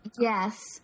Yes